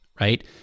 right